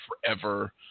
forever